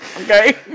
Okay